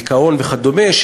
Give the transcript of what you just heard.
דיכאון וכדומה,